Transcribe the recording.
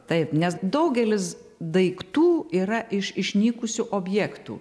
taip nes daugelis daiktų yra iš išnykusių objektų